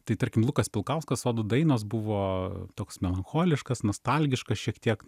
tai tarkim lukas pilkauskas sodų dainos buvo toks melancholiškas nostalgiškas šiek tiek